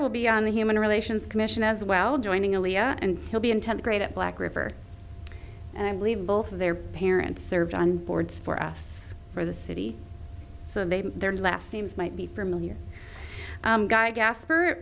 sam will be on the human relations commission as well joining aliyah and he'll be in tenth grade at black river and i believe in both of their parents served on boards for us for the city so they their last names might be from a new guy gasp